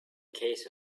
case